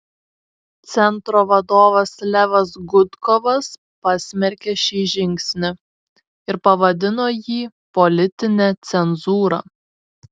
centro vadovas levas gudkovas pasmerkė šį žingsnį ir pavadino jį politine cenzūra